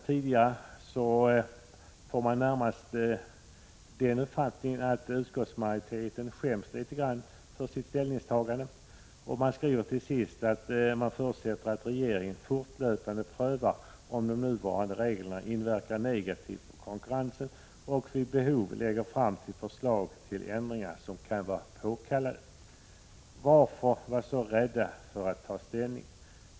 Jag får närmast den uppfattningen att utskottsmajoriteten, nu som tidigare, skäms litet grand för sitt ställningstagande och till sist skriver att man förutsätter att regeringen fortlöpande prövar om de nuvarande reglerna inverkar negativt på konkurrensen och vid behov lägger fram förslag till ändringar som kan vara påkallade. Varför vara så rädd för att ta ställning?